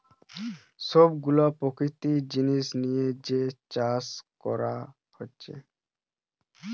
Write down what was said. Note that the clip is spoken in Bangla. সব গুলা প্রাকৃতিক জিনিস দিয়ে যে চাষ কোরা হচ্ছে